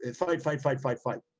and fight, fight, fight, fight, fight.